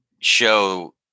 show